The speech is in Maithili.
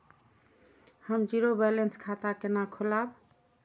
हम जीरो बैलेंस खाता केना खोलाब?